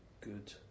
good